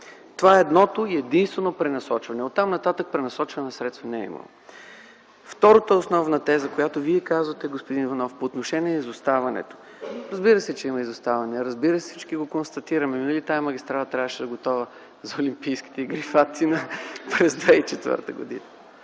Това е едното и единствено пренасочване, оттам нататък пренасочване на средства не е имало. Втората основна теза, която Вие казвате, господин Иванов, по отношение изоставането – разбира се, че има изоставане. Разбира се, че всички го констатираме. Нали тази магистрала трябваше да е готова за Олимпийските игри в Атина 2004 г., нали